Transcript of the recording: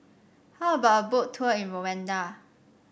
how about a Boat Tour in Rwanda